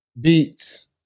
beats